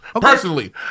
Personally